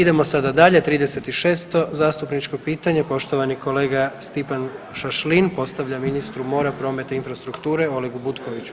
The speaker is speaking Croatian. Idemo sada dalje 36 zastupničko pitanje, poštovani kolega Stipan Šašlin postavlja ministru mora, prometa i infrastrukture, Olegu Butkoviću.